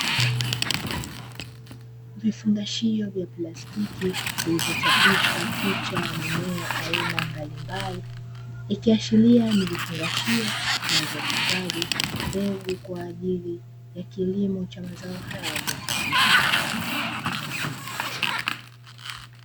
Vifungashio vya plastiki vilivyo chapishwa picha ya mimea aina mbalimbali, ikiashiria ni vifungashio vilivyo hifadhi mbegu kwajili ya kilimo cha mazao hayo yaliochapishwa.